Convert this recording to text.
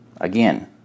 Again